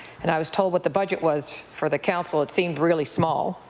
and i was told what the budget was for the council. it seemed really small.